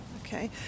okay